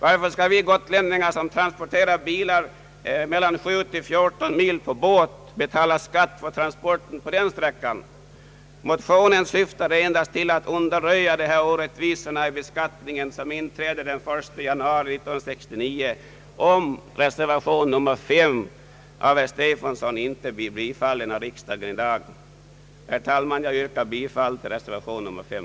Varför skall vi gotlänningar som transporterar bilar och andra passagerarfordon 7 till 14 mil på båt betala skatt för transporten på den sträckan? Herr talman! Jag yrkar bifall till reservation nr 5.